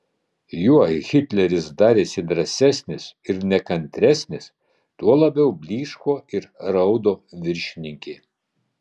juo hitleris darėsi drąsesnis ir nekantresnis tuo labiau blyško ir raudo viršininkė